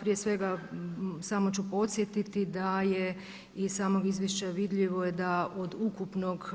Prije svega samo ću podsjetiti da je iz samog izvješća vidljivo da od ukupnog